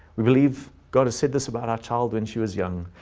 we believe god said this about our child when she was young.